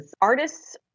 artists